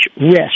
risk